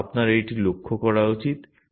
কিন্তু আপনার এইটি লক্ষ্য করা উচিত